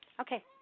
Okay